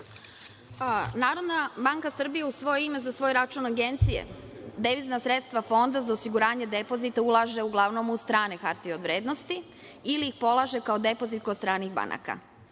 banka Srbije u svoje ime i za svoj račun Agencije devizna sredstva fonda za osiguranje depozita ulaže uglavnom u strane hartije od vrednosti ili ih polaže kao depozit kod stranih banaka.